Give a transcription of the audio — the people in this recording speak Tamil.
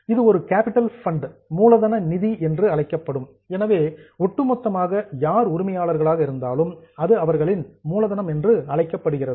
இது ஒரு கேப்பிட்டல் ஃபண்ட் மூலதன நிதி என்று அழைக்கப்படும் எனவே ஒட்டுமொத்தமாக யார் உரிமையாளர்களாக இருந்தாலும் அது அவர்களின் மூலதனம் என்று அழைக்கப்படுகிறது